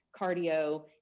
cardio